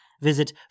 Visit